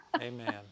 Amen